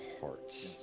hearts